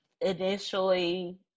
initially